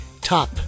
top